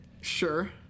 Sure